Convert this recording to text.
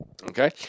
Okay